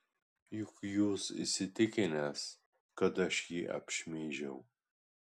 juk jūs įsitikinęs kad aš jį apšmeižiau